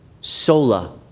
Sola